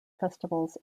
festivals